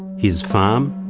his farm,